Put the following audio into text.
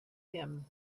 him